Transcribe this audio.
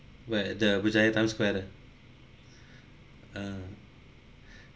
where the berjaya times square there ugh